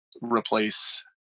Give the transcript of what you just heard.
replace